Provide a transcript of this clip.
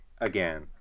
again